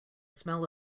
smell